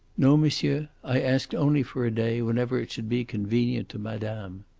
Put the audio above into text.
no, monsieur i asked only for a day whenever it should be convenient to madame.